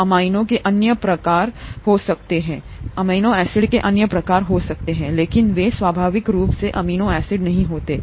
amino के अन्य प्रकार हो सकते हैं एसिड लेकिन वे स्वाभाविक रूप से अमीनो एसिड नहीं होते हैं